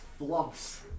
flumps